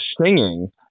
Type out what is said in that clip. singing